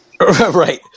Right